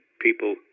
people